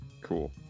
Cool